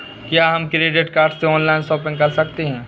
क्या हम credit card से ऑनलाइन शॉपिंग कर सकते हैं?